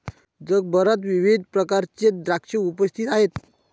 जगभरात विविध प्रकारचे द्राक्षे उपस्थित आहेत